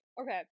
okay